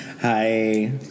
Hi